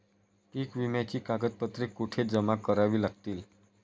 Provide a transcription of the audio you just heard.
पीक विम्याची कागदपत्रे कुठे जमा करावी लागतील?